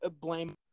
blame